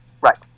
right